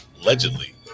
allegedly